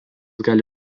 gali